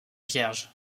vierge